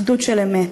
אחדות של אמת.